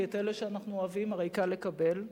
כי את אלה שאנחנו אוהבים הרי קל לקבל,